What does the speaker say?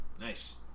Nice